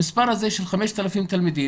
המספר הזה של 5,000 תלמידים,